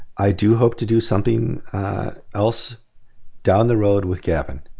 i do hope to do something else down the road with gavin.